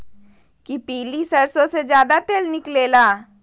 कि पीली सरसों से ज्यादा तेल निकले ला?